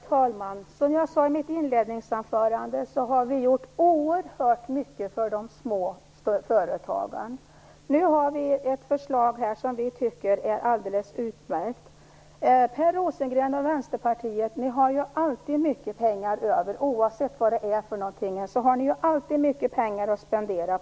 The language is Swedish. Herr talman! Som jag sade i mitt inledningsanförande har vi gjort oerhört mycket för de små företagen. Nu har vi ett förslag här som vi tycker är alldeles utmärkt. Per Rosengren och Vänsterpartiet har alltid mycket pengar över att spendera på allting, oavsett vad det gäller.